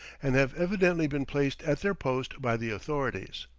and have evidently been placed at their post by the authorities.